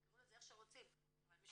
תקראו לזה איך שאתם רוצים אבל מישהו